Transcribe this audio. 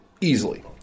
easily